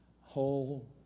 whole